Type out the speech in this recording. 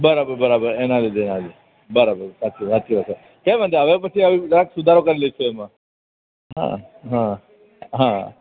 બરાબર બરાબર એના લીધે બરાબર સાચી વાત છે કઈ વાંધો નહીં હવે પછી આગળ સુધારો કરી લઈશું એમાં હા હા હા